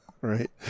right